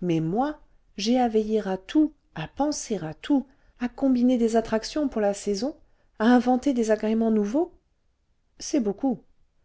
mais moi j'ai à veiller à tout à penser à tout à combiner des attractions pour la saison à inventer des agréments nouveaux c'est beaucoup